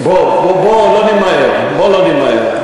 בוא לא נמהר, בוא לא נמהר.